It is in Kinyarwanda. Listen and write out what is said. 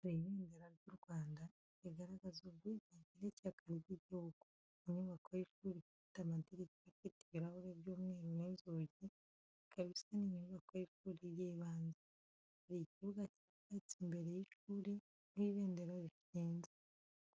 Hari ibendera ry’u Rwanda, rigaragaza ubwigenge n’ishyaka ry’igihugu. Inyubako y’ishuri ifite amadirishya afite ibirahure by'umweru n’inzugi, ikaba isa n’inyubako y’ishuri ry’ibanze. Hari ikibuga cy’icyatsi imbere y’ishuri, aho ibendera rishyinze.